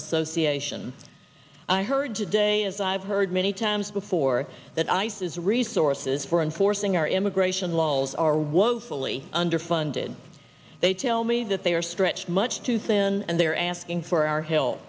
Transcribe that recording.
association i heard today as i've heard many times before that ice is resources for enforcing our immigration laws are woefully underfunded they tell me that they are stretched much too thin and they're asking for our hill